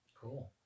Cool